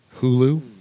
Hulu